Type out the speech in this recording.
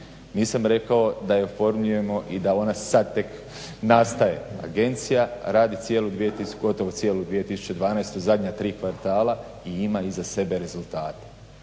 Nisam rekao da je oformljujemo i da ona sad tek nastaje. Agencija radi gotovo cijelu 2012. zadnja tri kvartala i ima iza sebe rezultate.